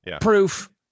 proof